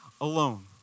alone